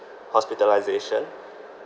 hospitalisation